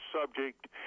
subject